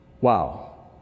Wow